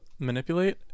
Manipulate